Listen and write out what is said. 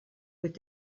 with